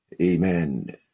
amen